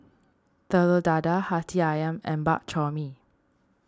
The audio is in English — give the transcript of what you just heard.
Telur Dadah Hati Ayam and Bak Chor Mee